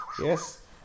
Yes